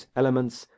elements